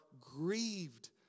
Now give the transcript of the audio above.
grieved